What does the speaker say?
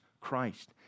Christ